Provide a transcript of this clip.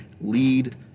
lead